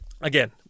Again